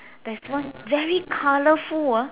there's one very colourful ah